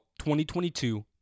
2022